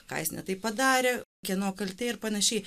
ką jis ne taip padarė kieno kaltė ir panašiai